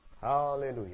Hallelujah